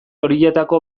horietako